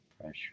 pressure